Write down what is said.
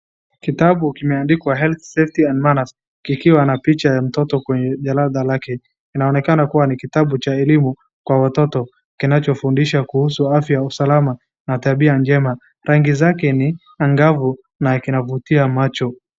Kitabu kimeandikwa health, safety and manners kikiwa na picha ya mtoto na picha ya mtoto kwenye jalanda yake. Inaonekana kuwa ni kitabu cha elimu kwa watoto kinachofudisha kuhusu afya usalama na tabia njema. Rangi zake ni angavu na kinavutia macho.